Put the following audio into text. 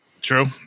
True